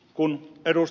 kun ed